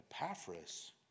Epaphras